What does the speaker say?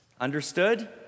Understood